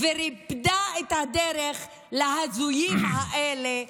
וריפדה את הדרך להזויים האלה,